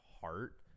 heart